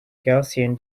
gaussian